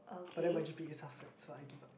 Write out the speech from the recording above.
but then my G_P_A suffered so I give up